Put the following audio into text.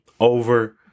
over